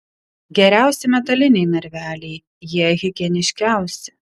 geriausi metaliniai narveliai jie higieniškiausi